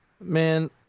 Man